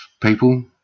people